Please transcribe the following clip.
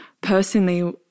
personally